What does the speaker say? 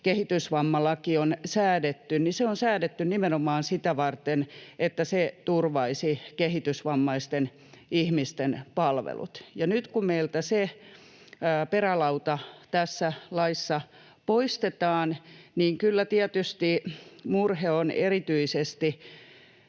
kehitysvammalaki on säädetty, se on säädetty nimenomaan sitä varten, että se turvaisi kehitysvammaisten ihmisten palvelut. Nyt kun meiltä se perälauta tässä laissa poistetaan, niin kyllä tietysti murhe on erityisesti